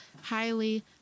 highly